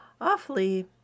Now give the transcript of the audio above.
awfully